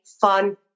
fun